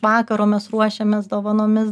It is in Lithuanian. vakaro mes ruošiamės dovanomis